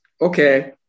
Okay